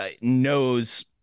knows